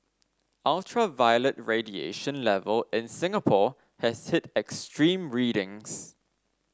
ultraviolet radiation level in Singapore has hit extreme readings